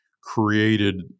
created